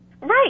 Right